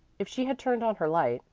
if she had turned on her light,